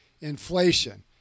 inflation